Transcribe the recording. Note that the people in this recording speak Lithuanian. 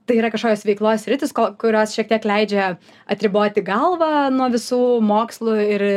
tai yra kažkokios veiklos sritys kurios šiek tiek leidžia atriboti galvą nuo visų mokslų ir